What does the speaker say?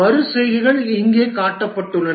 மறு செய்கைகள் இங்கே காட்டப்பட்டுள்ளன